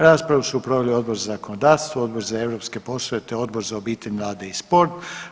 Raspravu su proveli Odbor za zakonodavstvo, Odbor za europske poslove te Odbor za obitelj, mlade i sport.